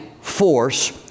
force